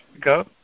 go